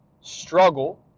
struggle